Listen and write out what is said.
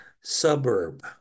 suburb